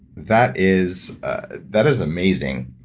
that is that is amazing.